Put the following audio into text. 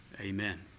amen